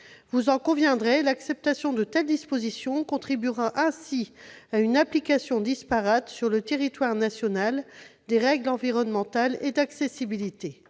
mes chers collègues, l'acceptation d'une telle disposition contribuera à une application disparate sur le territoire national des règles environnementales et d'accessibilité.